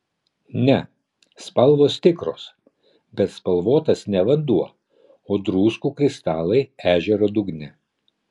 ne spalvos tikros bet spalvotas ne vanduo o druskų kristalai ežero dugne